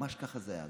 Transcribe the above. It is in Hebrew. ממש ככה זה היה.